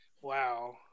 wow